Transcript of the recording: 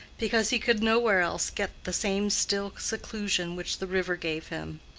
because he could nowhere else get the same still seclusion which the river gave him.